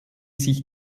sich